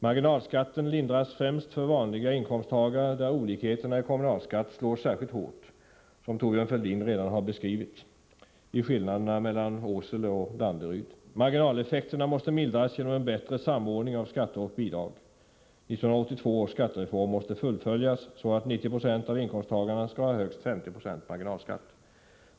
Marginalskatten lindras främst för vanliga inkomsttagare, där olikheterna i kommunalskatt slår särskilt hårt, som Thorbjörn Fälldin redan har beskrivit i skillnaden mellan Åsele och Danderyd. Marginaleffekterna måste mildras genom en bättre samordning av skatter och bidrag. 1982 års skattereform måste fullföljas, så att 90 20 av inkomsttagarna skall ha högst 50 76 marginalskatt.